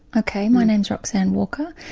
ok, my name's roxanne walker,